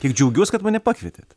kiek džiaugiuos kad mane pakvietėt